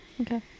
okay